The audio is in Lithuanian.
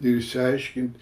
ir išsiaiškint